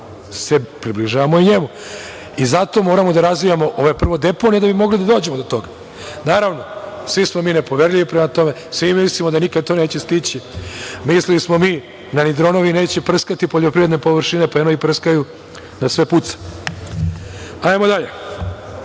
približavamo. Zato moramo da razvijamo ove deponije da bi mogli da dođemo do toga. Svi smo mi nepoverljivi prema tome. Svi mi mislimo da to nikada neće stići. Mislili smo mi da ni dronovi neće prskati poljoprivredne površine pa eno ih prskaju da sve puca. Hajmo dalje.